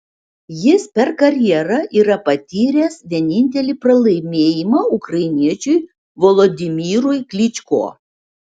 jis per karjerą yra patyręs vienintelį pralaimėjimą ukrainiečiui volodymyrui klyčko